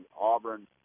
Auburn